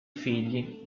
figli